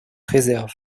réserve